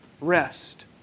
rest